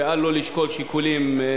ואל לו לשקול שיקולים.